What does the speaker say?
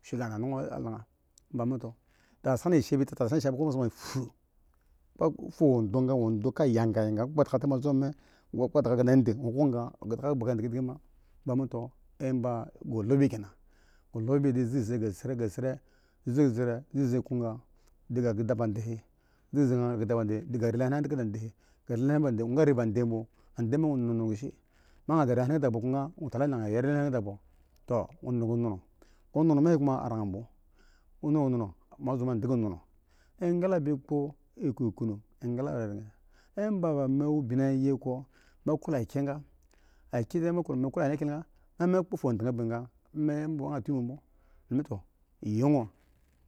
chi ga da anan bwo la wo azo emba to ta tasana light a boga zoma shishi din tou wodo yagayaga kpa la kpekpe adaga kende de. emba mi ta ame kpa mo kyenzba mi din koko kisre di ga keda ba mi din ri lahen ma zo ga din ga keda ande bino ha di ri lahen ko ga i ga keda ande bwo kya ayan a bmi dadi ri lahen keda mo bmo din yana awo non konono kishi konon koma a rang bmo engla bi kpo a wo raren gra engla a no kpo ba zo he.